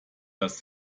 das